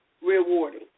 Rewarding